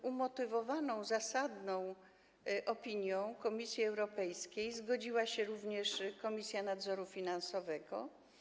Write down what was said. Z umotywowaną, zasadną opinią Komisji Europejskiej zgodziła się Komisja Nadzoru Finansowego.